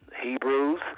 Hebrews